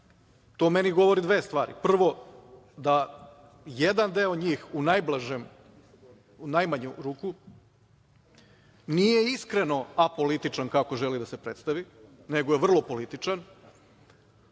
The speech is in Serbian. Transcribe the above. to meni govori dve stvari. Prvo da jedan deo njih u najblažem, u najmanju ruku, nije iskreno apolitičan, kako želi da se predstavi, nego je vrlo političan,